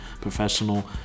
professional